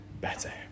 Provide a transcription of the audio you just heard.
better